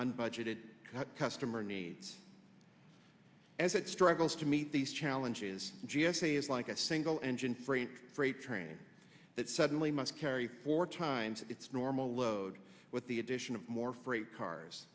an budgeted customer needs as it struggles to meet these challenges and g s a is like a single engine freight freight train that suddenly must carry four times its normal load with the addition of more freight cars